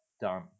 done